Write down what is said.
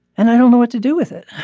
and i don't know what to do with it.